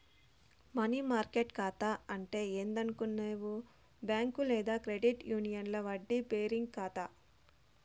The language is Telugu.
మనీ మార్కెట్ కాతా అంటే ఏందనుకునేవు బ్యాంక్ లేదా క్రెడిట్ యూనియన్ల వడ్డీ బేరింగ్ కాతా